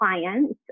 clients